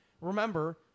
Remember